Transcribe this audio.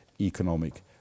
economic